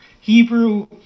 Hebrew